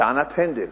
לטענת הנדל,